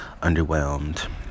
underwhelmed